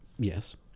Yes